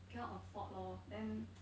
cannot afford lor then